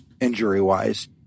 injury-wise